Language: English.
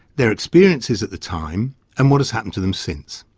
their experiences at the time and what has happened to them since.